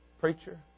Preacher